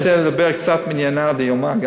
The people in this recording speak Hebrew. אז אני רוצה לדבר קצת בעניינא דיומא.